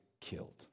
killed